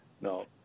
No